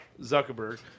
Zuckerberg